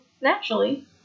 naturally